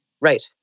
Right